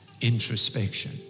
introspection